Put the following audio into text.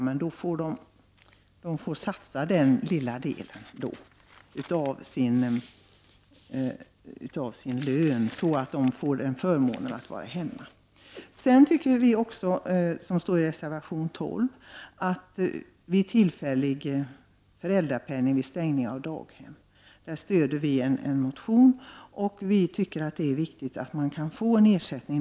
Men de får satsa den lilla delen av sin lön för att få förmånen att vara hemma. Vi som står bakom reservation 12 tycker att det är viktigt att man skall kunna få tillfällig föräldrapenning vid stängning av daghem, och vi stöder en motion i den frågan.